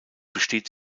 besteht